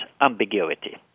ambiguity